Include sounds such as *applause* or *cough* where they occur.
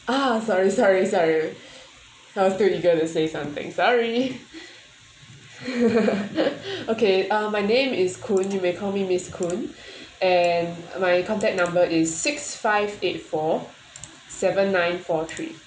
ah sorry sorry sorry *laughs* I was too eager to say something sorry *laughs* okay uh my name is koon you may call me miss koon *breath* and my contact number is six five eight four seven nine four three